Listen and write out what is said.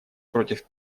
против